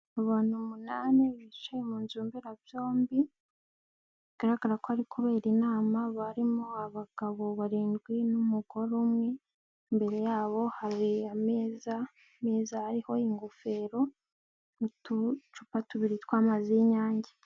Abantu umunani bicaye mu nzu mberabyombi, bigaragara ko hari kubera inama, barimo abagabo barindwi n'umugore umwe, imbere yabo haye ameza meza ari ingofero, mu tucupa tubiri twamazi y'inyange.